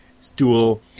stool